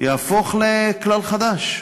יהפוך לכלל חדש.